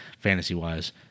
fantasy-wise